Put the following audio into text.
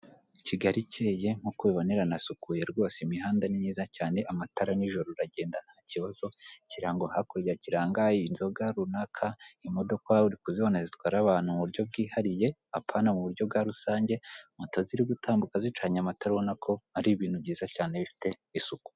Kigali ikeye nk'uko ubibona iranasukuye rwose imihanda ni myiza cyane, amatara nijoro uragenda nta kibazo, ikirango hakurya kiranga inzoga runaka, imodoka uri kuzibona zitwara abantu mu buryo bwihariye apana mu buryo bwa rusange, mota ziri gutambuka zicanye amatara ubona ko ari ibintu byiza cyane bifite isuku.